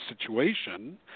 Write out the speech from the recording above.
situation